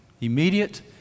Immediate